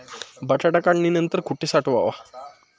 बटाटा काढणी नंतर कुठे साठवावा?